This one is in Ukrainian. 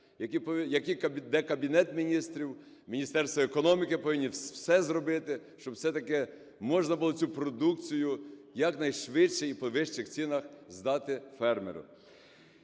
Кабінет Міністрів, Міністерство економіки повинні все зробити, щоб все-таки можна було цю продукцію якнайшвидше і по вищих цінах здати фермеру.